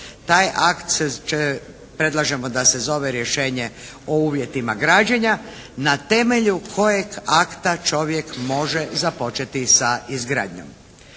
Taj akt će, predlažemo da se zove rješenje o uvjetima građenja na temelju kojeg akta čovjek može započeti sa izgradnjom.